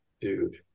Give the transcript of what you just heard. dude